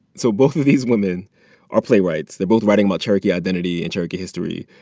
so both of these women are playwrights. they're both writing about cherokee identity and cherokee history.